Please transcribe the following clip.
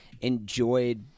enjoyed